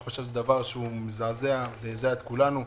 זה דבר מזעזע, שזעזע את כולנו.